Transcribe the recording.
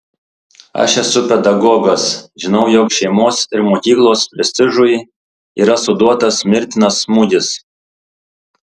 aš esu pedagogas žinau jog šeimos ir mokyklos prestižui yra suduotas mirtinas smūgis